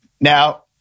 now